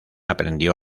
aprendió